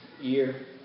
year